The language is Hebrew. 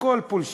הכול בולשיט.